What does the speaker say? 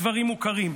הדברים מוכרים.